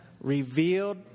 revealed